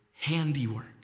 handiwork